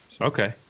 Okay